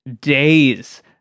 days